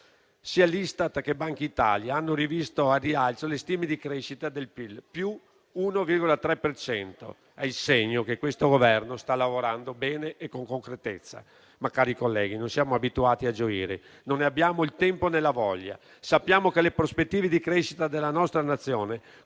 sia l'Istat che Bankitalia hanno rivisto al rialzo le stime di crescita del PIL: +1,3 per cento. È il segno che questo Governo sta lavorando bene e con concretezza. Ma, onorevoli colleghi, non siamo abituati a gioire, non ne abbiamo il tempo né la voglia. Sappiamo che le prospettive di crescita della nostra Nazione,